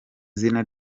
izina